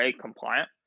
compliant